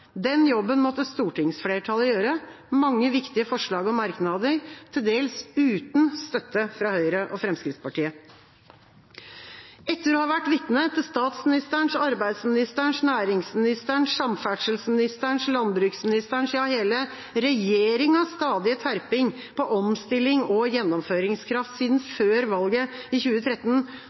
Den jobben måtte stortingsflertallet gjøre, med mange viktige forslag og merknader, til dels uten støtte fra Høyre og Fremskrittspartiet. Etter å ha vært vitne til statsministerens, arbeidsministerens, næringsministerens, samferdselsministerens, landbruksministerens, ja hele regjeringas stadige terping på «omstilling» og «gjennomføringskraft» siden før valget i 2013,